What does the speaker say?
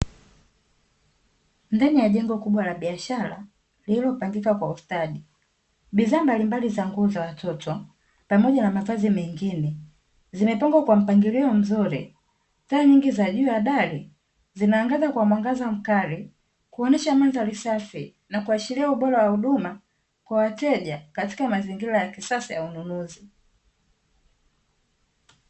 Ndani ya jengo kubwa la biashara lililopangika kwa ustadi bidhaa mbalimbali za nguo za watoto pamoja na mavazi mengine, zimepangwa kwa mpangilio mzuri taa za juu ya dari zinaangaza kwa mwangaza mkali kuonyesha mandhari safi na kuashiria ubora wa huduma kwa wateja katika mazingira ya kisasa ya ununuzi.